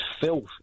Filth